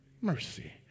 mercy